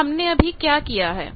तो हमने क्या किया है